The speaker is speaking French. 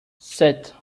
sept